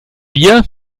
bier